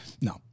no